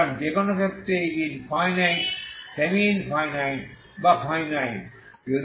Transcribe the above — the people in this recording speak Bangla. সুতরাং যে কোন ক্ষেত্রে যেটি ইনফাইনাইট সেমি ইনফাইনাইট বা ফাইনাইট